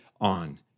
on